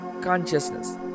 consciousness